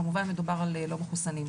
כמובן מדובר על לא מחוסנים.